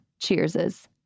cheerses